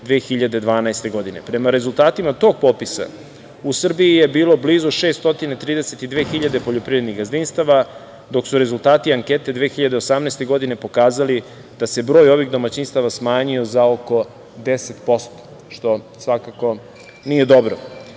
2012. godine. Prema rezultatima tog popisa u Srbiji je bilo blizu 632.000 poljoprivrednih gazdinstava, dok su rezultati ankete 2018. godine pokazali da se broj ovih domaćinstava smanjio za oko 10%, nije dobro.